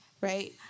right